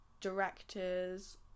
directors